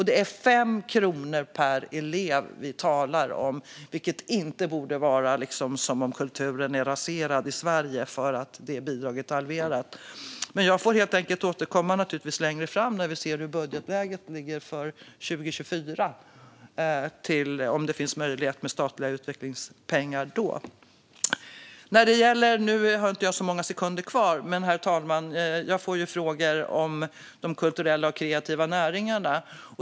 Det är 5 kronor per elev vi talar om - att det bidraget är halverat borde inte innebära att kulturen är raserad i Sverige. Jag får helt enkelt återkomma till om det finns möjlighet till statliga utvecklingspengar längre fram, när vi ser hur budgetläget ser ut för 2024. Herr talman! Jag får frågor om de kulturella och kreativa näringarna.